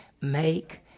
Make